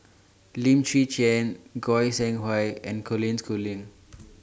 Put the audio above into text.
Lim Chwee Chian Goi Seng Hui and Colin Schooling